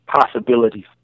possibilities